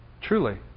Truly